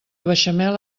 beixamel